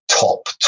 top